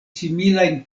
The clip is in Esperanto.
similajn